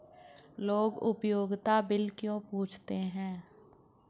लोग उपयोगिता बिल क्यों पूछते हैं?